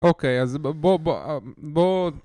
אוקיי אז בוא בוא בוא